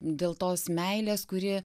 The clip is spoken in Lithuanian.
dėl tos meilės kuri